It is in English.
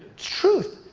truth.